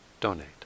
donate